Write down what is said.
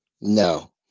No